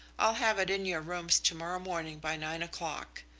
i'll have it in your rooms to-morrow morning by nine o'clock.